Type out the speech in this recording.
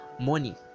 money